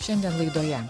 šiandien laidoje